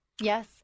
Yes